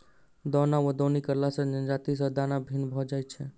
दौन वा दौनी करला सॅ जजाति सॅ दाना भिन्न भ जाइत छै